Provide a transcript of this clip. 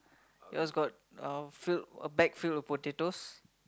yours got a filled a bag fill of potatoes